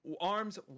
arms